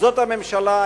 זאת הממשלה.